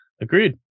Agreed